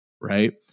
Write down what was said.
right